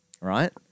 right